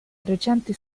recenti